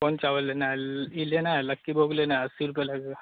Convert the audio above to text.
कौन चावल लेना है ल इ लेना है लक्की भोग लेना है अस्सी रुपये लगेगा